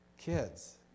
kids